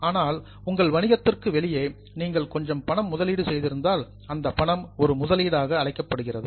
ஆனால் உங்கள் வணிகத்திற்கு வெளியே நீங்கள் கொஞ்சம் பணம் முதலீடு செய்திருந்தால் அந்த பணம் ஒரு முதலீடாக அழைக்கப்படுகிறது